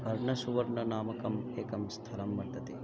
वर्णसुवर्णनामकम् एकं स्थलं वर्तते